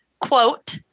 Quote